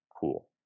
Cool